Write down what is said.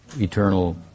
eternal